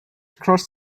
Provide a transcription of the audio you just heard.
across